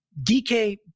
dk